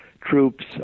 troops